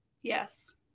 Yes